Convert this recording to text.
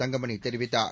தங்கமணி தெரிவித்தார்